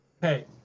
Hey